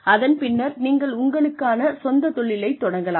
அதன் பின்னர் நீங்கள் உங்களுக்கான சொந்த தொழிலைத் தொடங்கலாம்